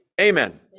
amen